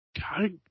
God